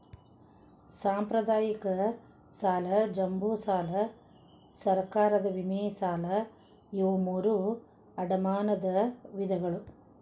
ಸಾಂಪ್ರದಾಯಿಕ ಸಾಲ ಜಂಬೂ ಸಾಲಾ ಸರ್ಕಾರದ ವಿಮೆ ಸಾಲಾ ಇವು ಮೂರೂ ಅಡಮಾನದ ವಿಧಗಳು